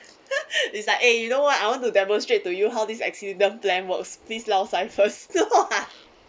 it's like eh you know what I want to demonstrate to you how this accident plan works please lau sai first